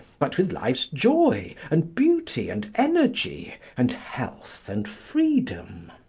but with life's joy and beauty and energy and health and freedom.